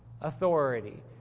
authority